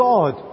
God